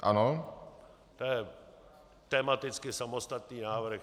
To je tematicky samostatný návrh.